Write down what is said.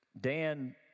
Dan